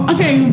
Okay